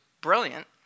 brilliant